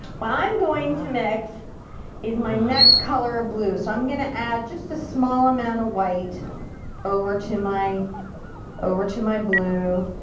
what i'm going to mix is my next color of blue, so i'm gonna add just a small amount of white over to my over to my blue.